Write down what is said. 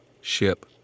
ship